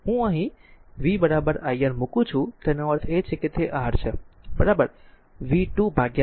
તેથી અહીં હું v iR મુકું છું તેનો અર્થ એ છે કે તે R છે બરાબર v2 R